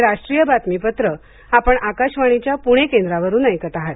हे राष्ट्रीय बातमीपत्र आपण आकाशवाणीच्या पुणे केंद्रावरून ऐकत आहात